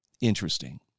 Interesting